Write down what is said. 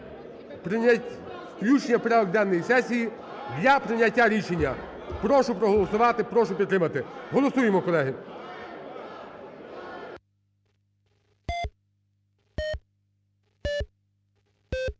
прийняття, включення в порядок денний сесії для прийняття рішення. Прошу проголосувати, прошу підтримати, голосуємо, колеги.